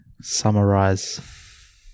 summarize